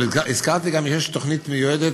אבל הזכרתי גם שיש תוכנית מיועדת,